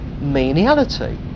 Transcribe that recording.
meniality